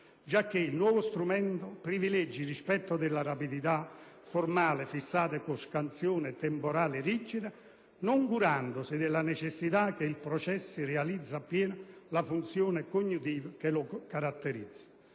giacché il nuovo strumento privilegia il rispetto della rapidità formale fissata con scansione temporale rigida, non curandosi della necessità che il processo realizzi appieno la funzione cognitiva che lo caratterizza».